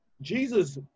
Jesus